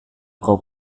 kau